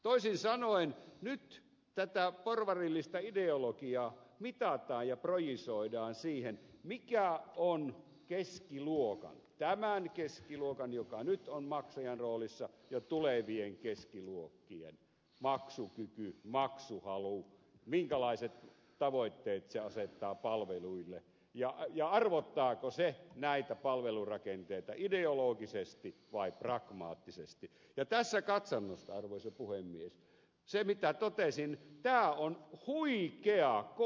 toisin sanoen nyt tätä porvarillista ideologiaa mitataan ja projisoidaan siihen mikä on keskiluokan tämän keskiluokan joka nyt on maksajan roolissa ja tulevien keskiluokkien maksukyky maksuhalu minkälaiset tavoitteet se asettaa palveluille ja arvottaako se näitä palvelurakenteita ideologisesti vai pragmaattisesti ja tässä katsannossa arvoisa puhemies se mitä totesin tämä on huikea koe